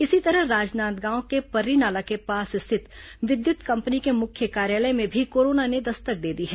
इसी तरह राजनांदगांव के पर्रीनाला के पास स्थित विद्युत कंपनी के मुख्य कार्यालय में भी कोरोना ने दस्तक दे दी है